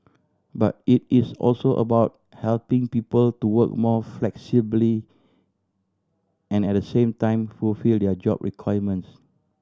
but it is also about helping people to work more flexibly and at the same time fulfil their job requirements